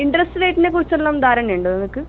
interest റേറ്റിനെ കുറിച്ചെല്ലാം ധാരണയുണ്ടോ നിങ്ങൾക്ക്